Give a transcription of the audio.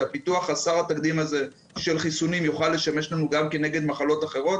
הפיתוח חסר התקדים הזה של חיסונים יוכל לשמש לנו גם כנגד מחלות אחרות.